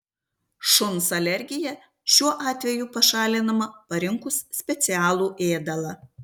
šuns alergija šiuo atveju pašalinama parinkus specialų ėdalą